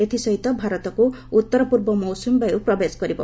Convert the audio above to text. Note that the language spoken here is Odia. ଏଥ୍ସହିତ ଭାରତକୁ ଉତ୍ତର ପୂର୍ବ ମୌସୁମୀ ବାୟୁ ପ୍ରବେଶ କରିବ